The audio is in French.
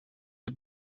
les